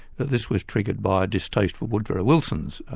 this was triggered by a distaste for woodrow wilson's